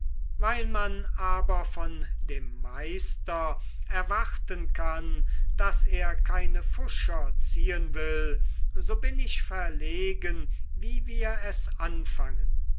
weil man aber von dem meister erwarten kann daß er keine pfuscher ziehen will so bin ich verlegen wie wir es anfangen